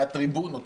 מהטריבונות,